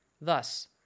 Thus